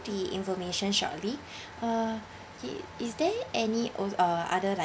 the information shortly uh K is there any uh other like